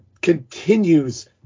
continues